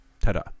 Ta-da